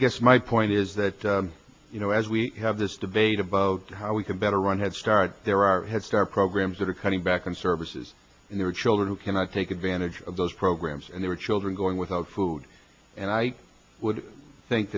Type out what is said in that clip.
guess my point is that you know as we have this debate about how we can better run head start there are head start programs that are cutting back on services and there are children who cannot take advantage of those programs and there are children going without food and i would think